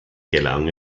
gelang